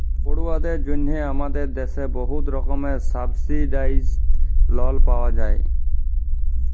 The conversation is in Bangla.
পড়ুয়াদের জ্যনহে আমাদের দ্যাশে বহুত রকমের সাবসিডাইস্ড লল পাউয়া যায়